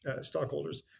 stockholders